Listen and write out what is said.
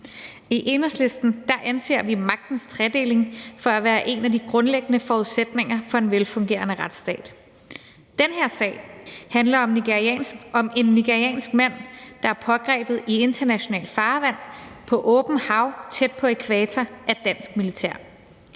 I Enhedslisten anser vi magtens tredeling for at være en af de grundlæggende forudsætninger for en velfungerende retsstat. Den her sag handler om en nigeriansk mand, der er pågrebet i internationalt farvand på åbent hav tæt på ækvator af dansk militær,